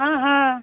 हँ हँ